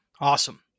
Awesome